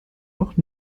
auch